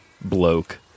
bloke